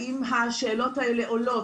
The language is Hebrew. האם השאלות האלה עולות,